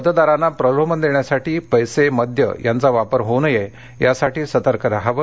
मतदारांना प्रलोभन देण्यासाठी पैसे मद्य यांचा वापर होऊ नये यासाठी सतर्क रहावे